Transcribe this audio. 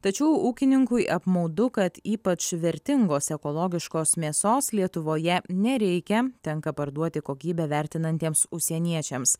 tačiau ūkininkui apmaudu kad ypač vertingos ekologiškos mėsos lietuvoje nereikia tenka parduoti kokybę vertinantiems užsieniečiams